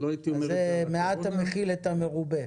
זה מעט המכיל את המרובה.